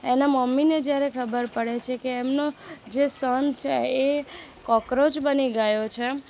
એના મમ્મીને જ્યારે ખબર પડે છે કે એમનો જે સન છે એ કોક્રોચ બની ગયો છે